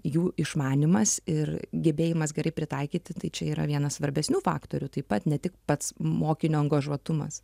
jų išmanymas ir gebėjimas gerai pritaikyti tai čia yra vienas svarbesnių faktorių taip pat ne tik pats mokinio angažuotumas